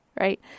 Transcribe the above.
right